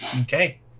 Okay